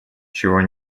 чего